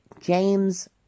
James